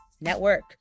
network